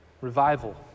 revival